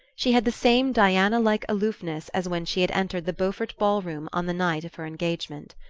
she had the same diana-like aloofness as when she had entered the beaufort ball-room on the night of her engagement.